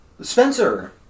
Spencer